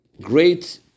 great